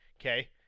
okay